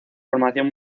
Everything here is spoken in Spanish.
formación